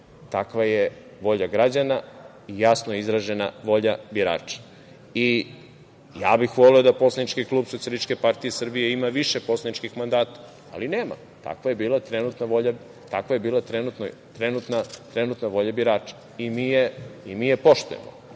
takva je volja građana i jasno izražena volja birača. Voleo bih da poslanički klub SPS ima više poslaničkih mandata, ali nema. Takva je bila trenutna volja birača i mi je poštujemo,